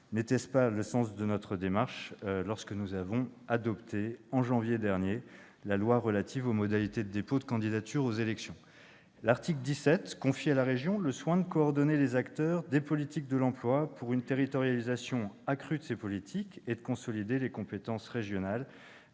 N'était-ce pas le sens de notre démarche lorsque nous avons adopté, en janvier dernier, la loi relative aux modalités de dépôt de candidature aux élections ? L'article 17 confie à la région le soin de coordonner les acteurs des politiques de l'emploi, pour une territorialisation accrue de ces politiques, et de consolider les compétences régionales